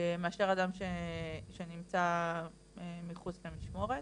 מאשר אדם שנמצא מחוץ למשמורת.